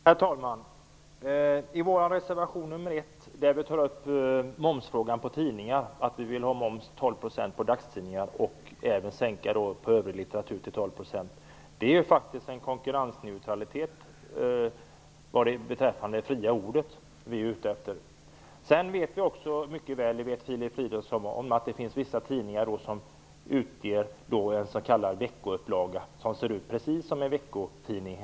Herr talman! I vår reservation nr 1 tar vi upp att vi vill ha 12 % moms på dagstidningar och även sänka momsen till 12 % på övrig litteratur. Det är faktiskt en konkurrensneutralitet för det fria ordet vi är ute efter. Sedan vet vi mycket väl, det vet även Filip Fridolfsson, att det finns vissa tidningar som utger en s.k. veckoupplaga som ser precis ut som en veckotidning, t.ex.